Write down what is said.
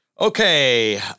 Okay